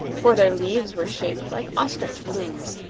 for their leaves were shaped like ostrich plumes,